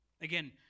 Again